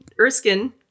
Erskine